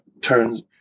turns